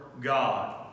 God